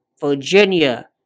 Virginia